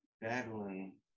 battling